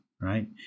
right